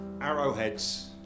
arrowheads